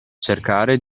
cercare